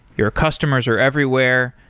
your customers are everywhere.